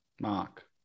Mark